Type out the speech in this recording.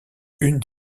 une